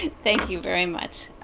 and thank you very much.